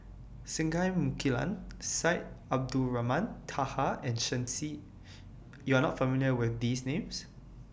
Singai Mukilan Syed Abdulrahman Taha and Shen Xi YOU Are not familiar with These Names